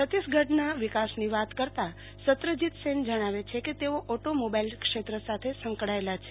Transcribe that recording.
છત્તીસગઢના વિકાસની વાત કરતા સત્રજીત સેન જણાવે છે કે તેઓ ઓટો મોબાઈલ ક્ષેત્ર સાથે સંકળાયેલા છે